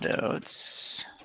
notes